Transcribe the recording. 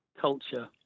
culture